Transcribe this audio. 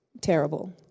terrible